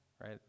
right